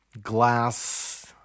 glass